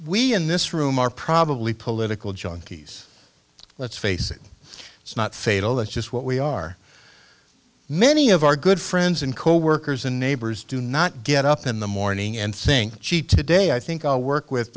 we in this room are probably political junkies let's face it it's not fatal that's just what we are many of our good friends and coworkers and neighbors do not get up in the morning and think gee today i think i'll work with